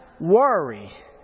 worry